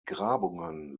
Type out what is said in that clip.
grabungen